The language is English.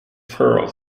pearl